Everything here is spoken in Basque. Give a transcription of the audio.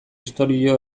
istorio